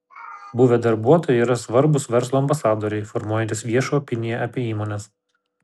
buvę darbuotojai yra svarbūs verslo ambasadoriai formuojantys viešą opiniją apie įmones